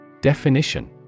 Definition